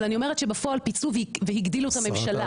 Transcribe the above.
אבל אני אומרת שבפועל פיצלו והגדילו את הממשלה.